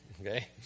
okay